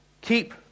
Keep